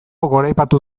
goraipatu